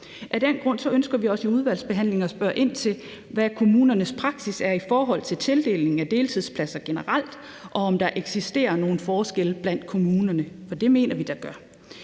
Af den grund ønsker vi også i udvalgsbehandlingen at spørge ind til, hvad kommunernes praksis er i forhold til tildelingen af deltidspladser generelt, og om der eksisterer nogle forskelle blandt kommunerne, for det mener vi der gør.